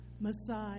Messiah